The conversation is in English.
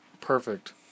perfect